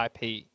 IP